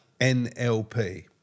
nlp